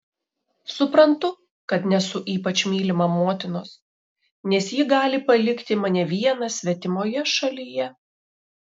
suprantu kad nesu ypač mylima motinos nes ji gali palikti mane vieną svetimoje šalyje